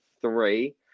three